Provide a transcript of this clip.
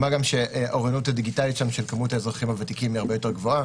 מה גם שהאוריינות הדיגיטלית שם של האזרחים הוותיקים הרבה יותר גבוהה